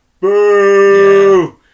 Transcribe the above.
boo